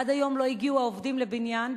עד היום לא הגיעו העובדים לבניין,